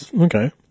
okay